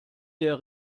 der